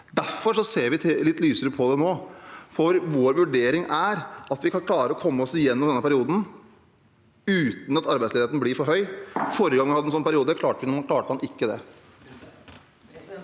Derfor ser vi litt lysere på det nå. Vår vurdering er at vi kan klare å komme oss gjennom denne perioden uten at arbeidsledigheten blir for høy. Forrige gang man hadde en sånn periode, klarte man ikke det.